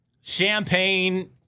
Champagne